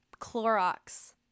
Clorox